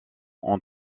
ont